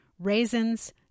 Raisins